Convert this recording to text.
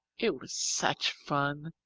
it was such fun!